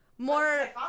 more